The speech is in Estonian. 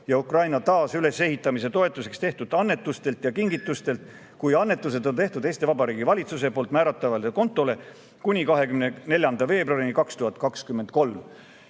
ja Ukraina taas ülesehitamise toetuseks tehtud annetustelt ja kingitustelt, kui annetused on tehtud Eesti Vabariigi valitsuse poolt määratavale kontole kuni 24. veebruarini 2023.